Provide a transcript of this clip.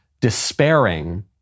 despairing